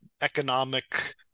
economic